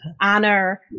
honor